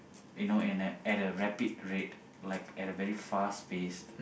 you know in a at a rapid rate like at a very fast pace